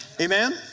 Amen